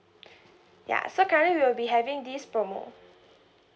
ya so currently we'll be having this promo